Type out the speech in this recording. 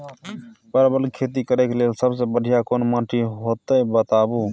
परवल के खेती करेक लैल सबसे बढ़िया कोन माटी होते बताबू?